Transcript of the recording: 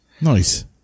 Nice